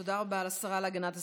תודה רבה לשרה להגנת הסביבה.